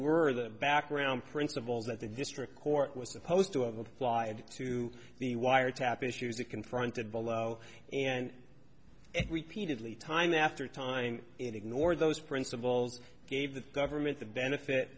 were the background principles that the district court was supposed to have applied to the wiretap issues that confronted below and repeated lead time after time and ignore those principles gave the government the benefit